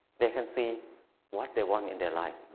they can see what they want in their life.